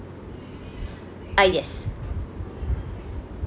ah yes